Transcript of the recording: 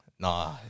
Nah